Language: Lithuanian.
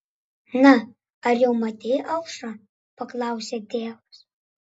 na ar jau matei aušrą paklausė tėvas